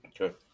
Okay